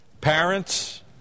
parents